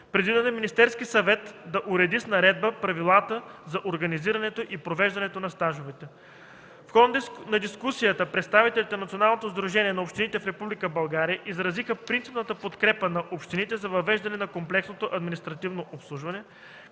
Предвидено е Министерският съвет да уреди с наредба правилата за организирането и провеждането на стажовете. В хода на дискусията представителите на Националното сдружение на общините в Република България изразиха принципната подкрепа на общините за въвеждане на комплексното административно обслужване,